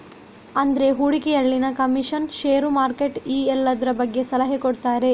ಅಂದ್ರೆ ಹೂಡಿಕೆಯಲ್ಲಿನ commission, share, market ಈ ಎಲ್ಲದ್ರ ಬಗ್ಗೆ ಸಲಹೆ ಕೊಡ್ತಾರೆ